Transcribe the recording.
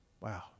Wow